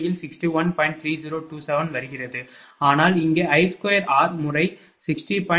3027 வருகிறது ஆனால் இங்கே I2r முறை 60